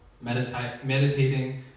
meditating